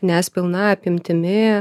nes pilna apimtimi